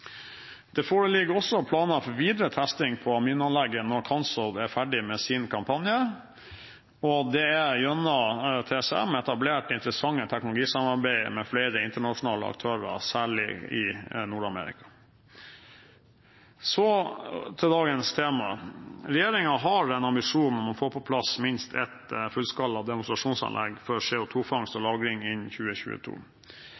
Det foreligger også planer for videre testing på aminanlegget når Cansolv er ferdig med sin kampanje, og det er gjennom TCM etablert interessante teknologisamarbeid med flere internasjonale aktører, særlig i Nord-Amerika. Så til dagens tema: Regjeringen har en ambisjon om å få på plass minst ett fullskala demonstrasjonsanlegg for CO2-fangst og -lagring innen 2022.